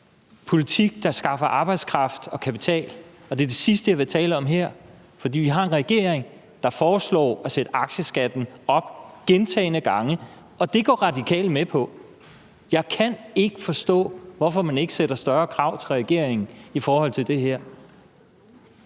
politik, der skaffer arbejdskraft og kapital. Og det er det sidste, jeg vil tale om her. For vi har en regering, der foreslår at sætte aktieskatten op gentagne gange, og det går Radikale med på. Jeg kan ikke forstå, at man ikke stiller større krav til regeringen i forhold til det her.